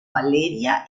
valeria